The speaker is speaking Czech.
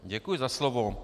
Děkuji za slovo.